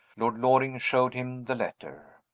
lord loring showed him the letter.